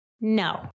no